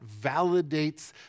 validates